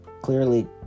clearly